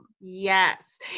yes